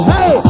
Hey